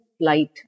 light